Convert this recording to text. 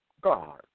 God